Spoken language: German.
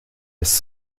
ist